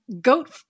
goat